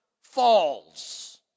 falls